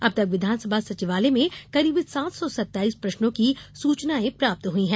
अब तक विधानसभा सचिवालय में करीब सात सौ सत्ताइस प्रश्नों की सूचनायें प्राप्त हुई हैं